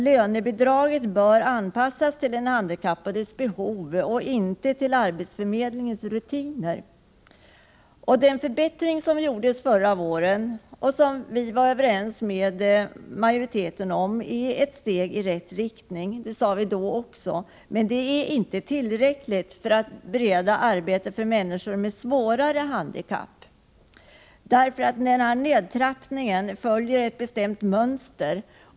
Lönebidraget bör anpassas till den handikappades behov och inte till arbetsförmedlingens rutiner. Den förbättring som gjordes förra våren och som vi var överens med majoriteten om är ett steg i rätt riktning. Det sade vi då också. Men det är inte tillräckligt för att bereda arbete för människor med svårare handikapp därför att denna nedtrappning följer ett bestämt mönster.